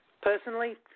Personally